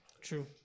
True